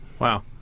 Wow